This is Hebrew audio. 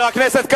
חבר הכנסת כץ.